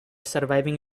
surviving